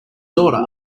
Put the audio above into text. daughter